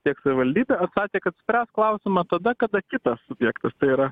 tiek savivaldybė atsakė kad spręs klausimą tada kada kitas subjektas tai yra